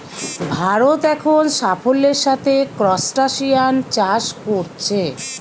ভারত এখন অনেক সাফল্যের সাথে ক্রস্টাসিআন চাষ কোরছে